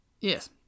Yes